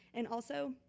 and also,